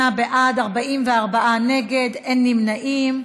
38 בעד, 44 נגד, אין נמנעים.